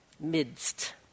midst